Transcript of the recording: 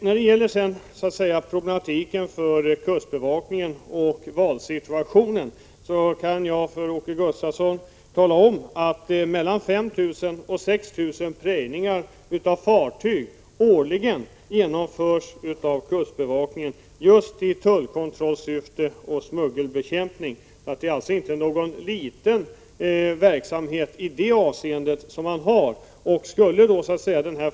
När det gäller den valsituation som jag skisserade när jag talade om 103 kustbevakningen kan jag tala om för Äke Gustavsson att kustbevakningen årligen genomför mellan 5 000 och 6 000 prejningar av fartyg just i tullkontrollsyfte och vid smuggelbekämpning. Det är alltså inte någon liten verksamhet man har i det avseendet.